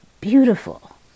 beautiful